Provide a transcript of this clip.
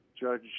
Judge